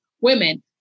women